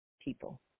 people